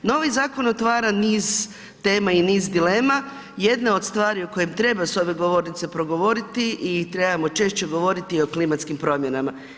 Novi zakon otvara niz tema i niz dilema, jedna od stvari o kojem treba s ove govornice progovoriti i trebamo češće govoriti o klimatskim promjenama.